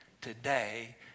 Today